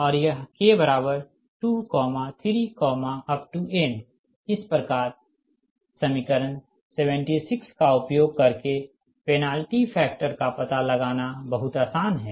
और यह k23n इस प्रकार समीकरण 76 का उपयोग करके पेनाल्टी फैक्टर का पता लगाना बहुत आसान है